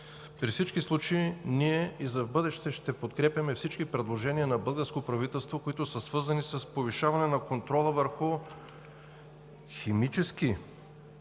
при всички случаи ние и в бъдеще ще подкрепяме всички предложения на българското правителство, които са свързани с повишаване на контрола върху химически